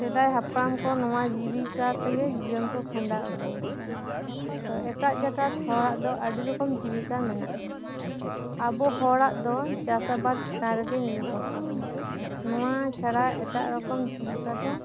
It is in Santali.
ᱥᱮᱫᱟᱭ ᱦᱟᱯᱲᱟᱢ ᱠᱚ ᱱᱚᱣᱟ ᱡᱤᱵᱤᱠᱟ ᱛᱮᱜᱮ ᱡᱤᱭᱚᱱ ᱠᱚ ᱠᱷᱟᱸᱰᱟᱣ ᱟᱹᱜᱩᱣᱟᱠᱟᱫᱟ ᱛᱚ ᱮᱴᱟᱜ ᱡᱟᱠᱟᱛ ᱦᱚᱲᱟᱜ ᱫᱚ ᱟᱹᱰᱤ ᱨᱚᱠᱚᱢ ᱡᱤᱵᱤᱠᱟ ᱢᱮᱱᱟᱜ ᱟ ᱟᱵᱚ ᱦᱚᱲᱟᱜ ᱫᱚ ᱪᱟᱥᱟᱵᱟᱫ ᱪᱮᱛᱟᱱ ᱨᱮᱜᱮ ᱱᱤᱨᱵᱷᱚᱨ ᱛᱟᱵᱚᱱ ᱱᱚᱣᱟ ᱪᱷᱟᱲᱟ ᱮᱴᱟᱜ ᱨᱚᱠᱚᱢ ᱡᱤᱵᱤᱠᱟ ᱫᱚ